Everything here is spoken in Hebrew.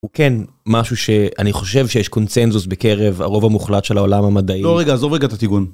הוא כן משהו שאני חושב שיש קונצנזוס בקרב הרוב המוחלט של העולם המדעי. לא רגע, עזוב רגע את הטיגון.